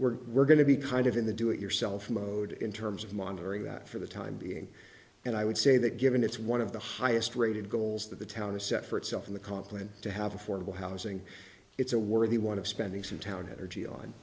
we're we're going to be kind of in the do it yourself mode in terms of monitoring that for the time being and i would say that given it's one of the highest rated goals that the town is set for itself in the complex to have affordable housing it's a worthy one of spending some town energy on